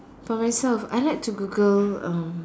for myself I like to Google uh